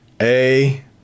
A-